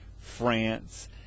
France